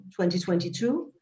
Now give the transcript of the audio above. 2022